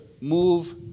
move